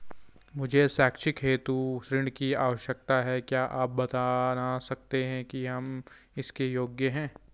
मुझे शैक्षिक हेतु ऋण की आवश्यकता है क्या आप बताना सकते हैं कि हम इसके योग्य हैं?